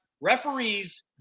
Referees